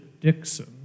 Dixon